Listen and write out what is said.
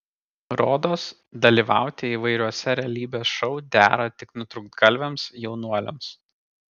rodos dalyvauti įvairiuose realybės šou dera tik nutrūktgalviams jaunuoliams